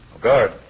Guard